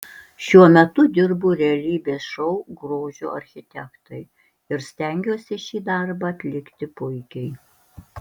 šiuo metu dirbu realybės šou grožio architektai ir stengiuosi šį darbą atlikti puikiai